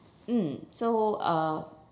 mm so uh